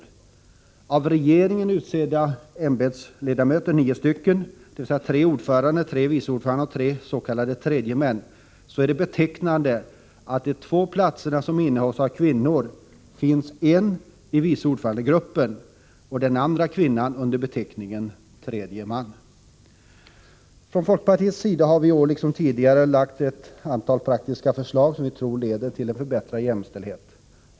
Bland regeringens utsedda ämbetsledamöter, nio stycken, dvs. tre ordförande, tre vice ordförande och tre s.k. tredjemän, finns det bara två kvinnor, som betecknande nog finns dels i gruppen vice Från folkpartiets sida har vi i år liksom tidigare lagt fram ett stort antal praktiska förslag som vi tror leder till förbättrad jämställdhet.